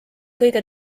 kõige